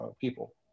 people